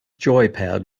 joypad